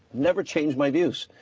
never change my views.